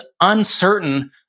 uncertain